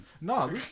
no